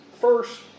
first